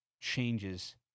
changes